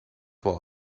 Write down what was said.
while